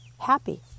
happy